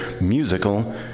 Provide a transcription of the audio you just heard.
Musical